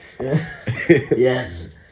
Yes